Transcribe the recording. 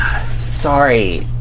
Sorry